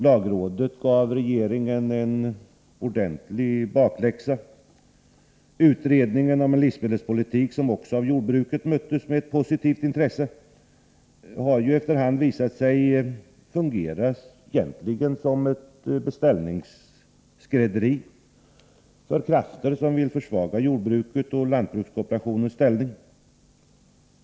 Lagrådet gav regeringen en ordentlig bakläxa. Utredningen om livsmedelspolitik, som också av jorbruket möttes med positivt intresse, har efter hand visat sig fungera som ett beställningsskrädderi för krafter som vill försvaga jordbruket och lantbrukskoperationens ställning.